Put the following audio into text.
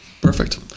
perfect